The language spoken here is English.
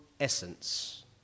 essence